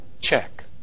check